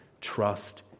trust